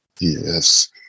Yes